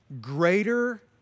greater